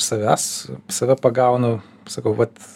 savęs save pagaunu sakau vat